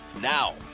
Now